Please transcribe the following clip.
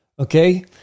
Okay